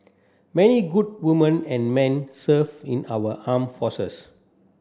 many good woman and men serve in our arm forces